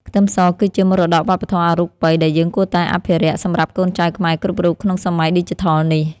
ខ្ទឹមសគឺជាមរតកវប្បធម៌អរូបិយដែលយើងគួរតែអភិរក្សសម្រាប់កូនចៅខ្មែរគ្រប់រូបក្នុងសម័យឌីជីថលនេះ។